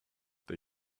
the